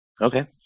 Okay